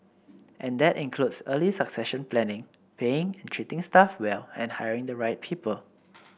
and that includes early succession planning paying and treating staff well and hiring the right people